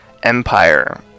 Empire